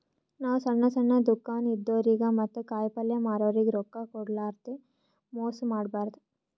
ನಾವ್ ಸಣ್ಣ್ ಸಣ್ಣ್ ದುಕಾನ್ ಇದ್ದೋರಿಗ ಮತ್ತ್ ಕಾಯಿಪಲ್ಯ ಮಾರೋರಿಗ್ ರೊಕ್ಕ ಕೋಡ್ಲಾರ್ದೆ ಮೋಸ್ ಮಾಡಬಾರ್ದ್